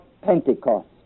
Pentecost